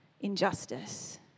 injustice